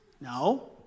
No